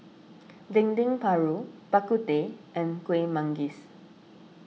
Dendeng Paru Bak Kut Teh and Kuih Manggis